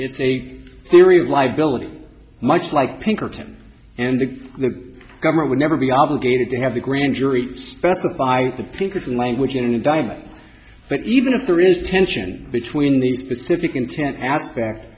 it's a theory of liability much like pinkerton and the the government would never be obligated to have the grand jury specify the pinkerton language in a dynamic but even if there is tension between the specific intent aspect